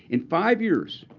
in five years,